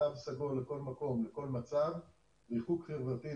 כמו למשל מספר מכונות ההנשמה לפי מיפוי של בתי החולים